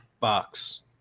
box